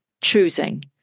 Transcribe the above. choosing